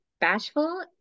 Bashful